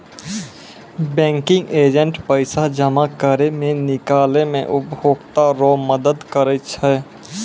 banking agent पैसा जमा करै मे, निकालै मे उपभोकता रो मदद करै छै